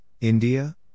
India